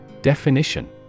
Definition